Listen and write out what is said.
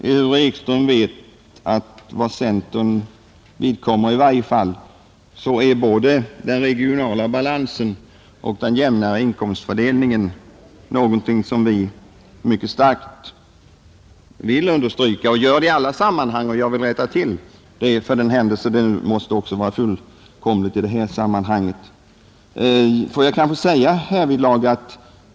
Herr Ekström vet emellertid att i varje fall, såvitt det ankommer på centern, är både den regionala balansen och den jämnare inkomstfördelningen någonting som vi mycket kraftigt understryker i alla sammanhang. Jag vill rätta till det, för den händelse det också måste vara fullkomligt i det här sammanhanget.